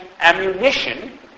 ammunition